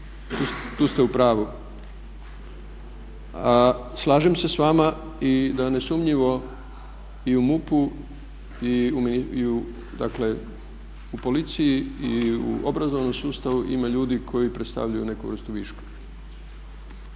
Tu ste u pravu. Slažem se s vama i da nesumnjivo i u MUP-u i u dakle u policiji i u obrazovnom sustavu ima ljudi koji predstavljaju neku vrstu viška.